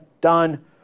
done